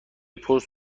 پست